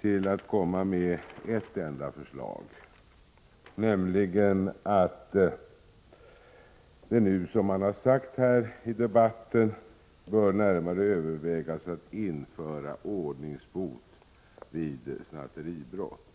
till att komma med ett enda förslag, nämligen att det nu bör närmare övervägas att införa ordningsbot vid snatteribrott.